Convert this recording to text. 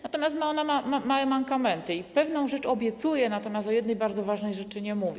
Natomiast ma ona małe mankamenty i pewną rzecz obiecuje, natomiast o jednej bardzo ważnej rzeczy nie mówi.